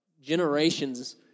generations